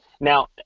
Now